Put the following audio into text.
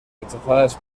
rechazadas